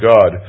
God